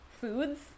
foods